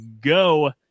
go